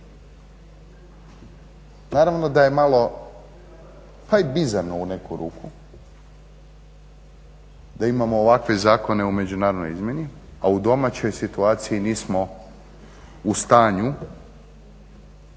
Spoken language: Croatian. Naravno da je malo pa i bizarno u neku ruku da imamo ovakve zakone u međunarodnoj izmjeni a u domaćoj situaciji nismo u stanju